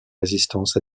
résistance